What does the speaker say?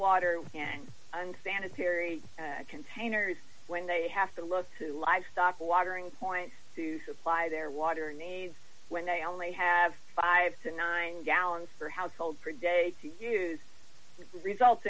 water and sanitary containers when they have to look to livestock watering points to supply their water needs when they only have five to nine gallons per household pre date to use results